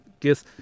guess